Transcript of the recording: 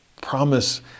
promise